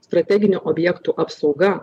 strateginių objektų apsauga